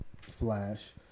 Flash